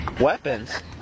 Weapons